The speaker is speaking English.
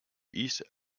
east